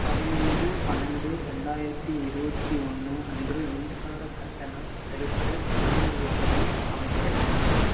பதினைந்து பன்னெண்டு இரண்டாயிரத்தி இருபத்தி ஒன்று அன்று மின்சார கட்டணம் செலுத்த நினைவூட்டலை அமைக்கவும்